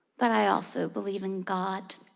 but i also believe in god.